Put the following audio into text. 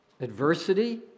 adversity